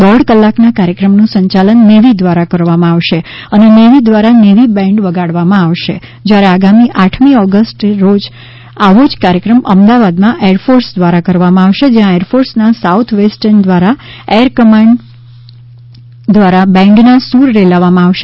દોઢ કલાકના કાર્યક્રમનું સંયાલન નેવી દ્રારા કરવામાં આવશે અને નેવી દ્રારા નેવી બેન્ડ વગાડવામાં આવશે જ્યારે આગામી આઠમી ઓગષ્ટના રોજ આવો જ કાર્યક્રમ અમદાવાદમાં એરફોર્સ દ્રારા કરવામાં આવશે જ્યાં એરફોર્સના સાઉથ વેસ્ટર્ન દ્રારા એર કમાન્ડ દ્રારા બેન્ડના સૂર રેલાવવામાં આવશે